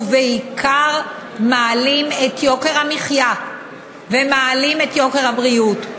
ובעיקר מעלים את יוקר המחיה ומעלים את יוקר הבריאות.